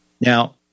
Now